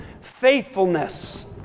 Faithfulness